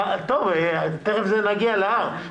טוב, תיכף נגיע ל-R.